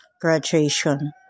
graduation